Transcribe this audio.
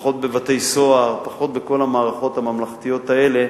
פחות בבתי-סוהר, פחות בכל המערכות הממלכתיות האלה.